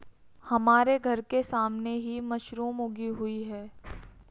हमारे घर के सामने ही मशरूम उगी हुई है